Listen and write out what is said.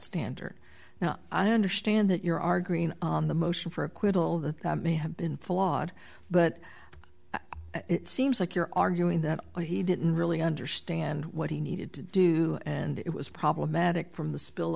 standard now i understand that your are green on the motion for acquittal that may have been flawed but seems like you're arguing that he didn't really understand what he needed to do and it was problematic from the spill